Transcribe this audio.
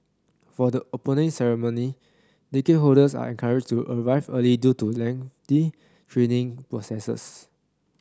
for the Opening Ceremony ticket holders are encouraged to arrive early due to lengthy screening processes